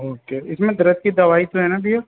okay इसमें दर्द की दवाई तो है न भैया